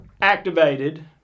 activated